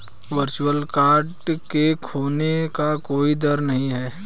virtual card के खोने का कोई दर नहीं है